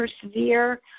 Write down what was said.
persevere